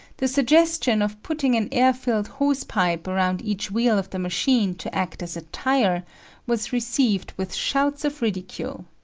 the suggestion of putting an air-filled hosepipe around each wheel of the machine to act as a tyre was received with shouts of ridicule!